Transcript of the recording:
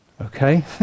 okay